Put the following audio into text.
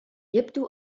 يبدو